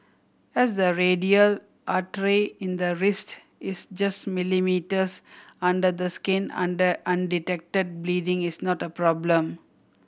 as the radial artery in the wrist is just millimetres under the skin under undetected bleeding is not a problem